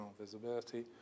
visibility